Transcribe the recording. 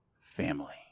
Family